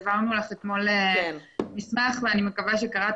העברנו לך אתמול מסמך ואני מקווה שקראת